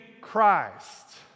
Christ